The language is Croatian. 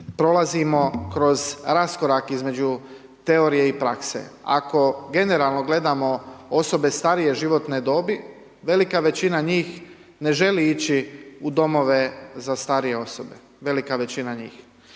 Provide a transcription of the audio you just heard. prolazimo kroz raskorak između teorije i prakse, ako generalno gledamo osobe starije životne dobi, velika većina njih ne želi ići u domove za starije osobe, velika većina njih.